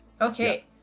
okay